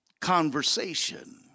conversation